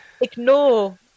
ignore